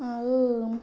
ଆଉ